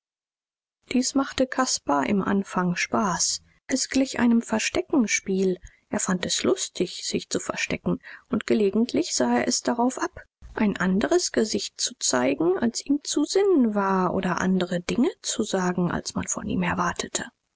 dies machte caspar im anfang spaß es glich einem versteckenspiel er fand es lustig sich zu verstecken und gelegentlich sah er es darauf ab ein andres gesicht zu zeigen als ihm zu sinn war oder andre dinge zu sagen als man von ihm erwartete